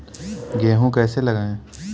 गेहूँ कैसे लगाएँ?